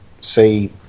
say